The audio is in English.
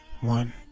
One